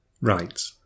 Right